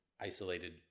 isolated